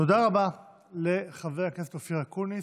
תודה רבה לחבר הכנסת אופיר אקוניס.